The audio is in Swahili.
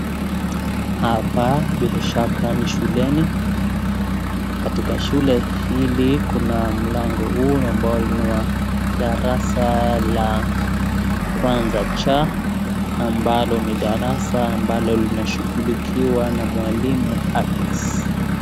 Hapa bila shaka ni shuleni na katika shule hili kuna mlango huu ambao ni wa darasa la kwanza cha ambalo ni darasa ambalo linashughulikiwa na mwalimu Agnes.